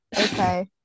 Okay